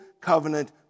covenant